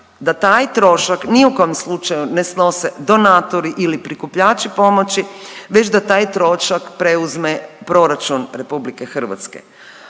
da taj trošak ni u kom slučaju ne snose donatori ili prikupljači pomoći već da taj trošak preuzme proračun RH.